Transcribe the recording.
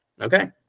okay